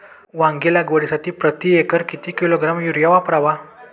वांगी लागवडीसाठी प्रती एकर किती किलोग्रॅम युरिया वापरावा?